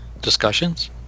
discussions